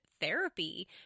therapy